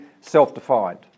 self-defined